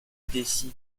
décide